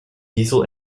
diesel